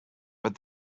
but